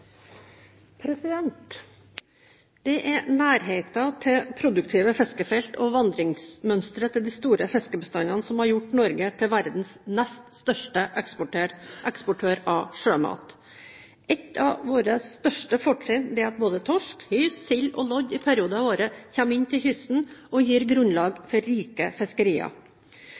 nærheten til produktive fiskefelt og vandringsmønsteret til de store fiskebestandene som har gjort Norge til verdens nest største eksportør av sjømat. Et av våre største fortrinn er at både torsk, hyse, sild og lodde i perioder av året kommer inn til kysten og gir grunnlag for rike fiskerier.